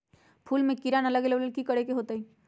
फूल में किरा ना लगे ओ लेल कि करे के होतई?